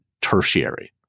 tertiary